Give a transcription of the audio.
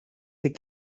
ses